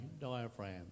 diaphragm